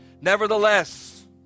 Nevertheless